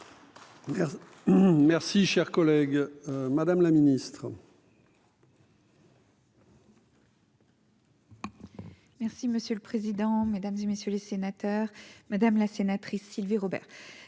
Merci, cher collègue, Madame la Ministre. Merci monsieur le président, Mesdames et messieurs les sénateurs, madame la sénatrice Sylvie Robert.